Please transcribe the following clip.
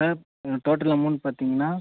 sir total amount பார்த்தீங்கனா